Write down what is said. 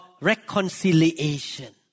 reconciliation